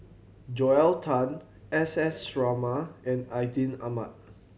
Joel Tan S S Sarma and Atin Amat